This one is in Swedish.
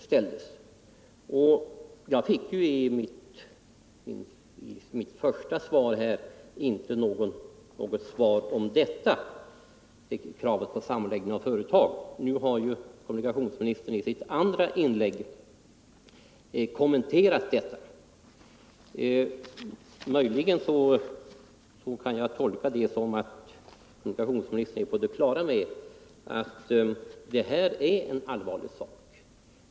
I interpellationssvaret fick jag inte något svar i det avseendet. Nu har kommunikationsministern i sitt andra inlägg kommenterat detta. Möjligen kan jag tolka det så, att kommunikationsministern är på det klara med att det här är en allvarlig sak.